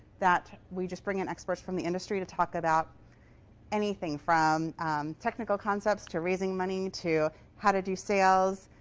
that we just bring in experts from the industry to talk about anything from technical concepts, to raising money, to how to do sales.